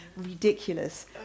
Ridiculous